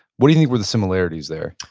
what do you think were the similarities there?